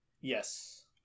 Yes